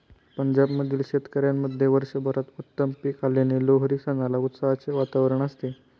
पंजाब मधील शेतकऱ्यांमध्ये वर्षभरात उत्तम पीक आल्याने लोहरी सणाला उत्साहाचे वातावरण असते